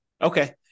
Okay